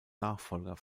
nachfolger